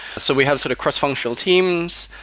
so we have sort of cross functional teams.